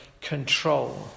control